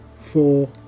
four